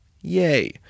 Yay